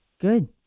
Good